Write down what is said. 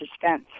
suspense